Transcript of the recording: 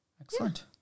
excellent